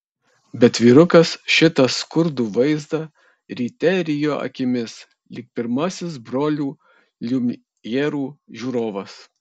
bet vyrukas šitą skurdų vaizdą ryte rijo akimis lyg pirmasis brolių liumjerų žiūrovas